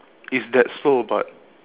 it's that slow but